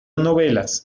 novelas